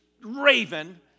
raven